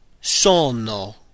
Sono